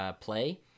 play